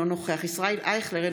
אינו נוכח ישראל אייכלר,